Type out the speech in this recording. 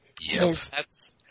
Yes